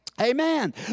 Amen